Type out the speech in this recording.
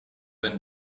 and